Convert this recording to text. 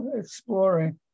exploring